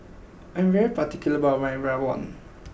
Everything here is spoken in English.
I am particular about my Rawon